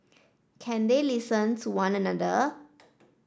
can they listen to one another